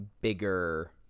bigger –